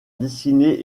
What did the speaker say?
dessiner